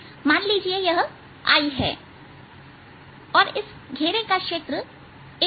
मान लेते हैंयह i है और इस घेरे का क्षेत्र a है